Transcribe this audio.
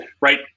right –